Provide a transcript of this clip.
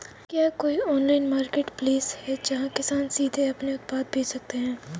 क्या कोई online marketplace है जहाँ किसान सीधे अपने उत्पाद बेच सकते हैं?